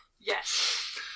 yes